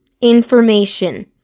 information